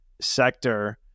sector